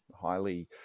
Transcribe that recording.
highly